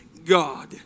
God